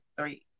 three